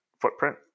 footprint